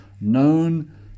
known